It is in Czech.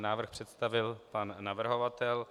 Návrh představil pan navrhovatel.